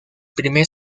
primer